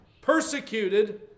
persecuted